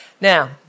Now